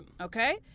Okay